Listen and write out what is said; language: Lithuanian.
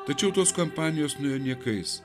tačiau tos kampanijos nuėjo niekais